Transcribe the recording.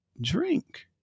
drink